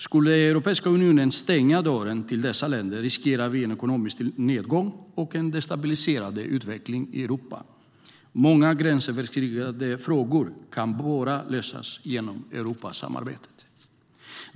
Skulle Europeiska unionen stänga dörren till dessa länder riskerar vi en ekonomisk nedgång och en destabiliserande utveckling i Europa. Många gränsöverskridande frågor kan bara lösas genom Europasamarbetet.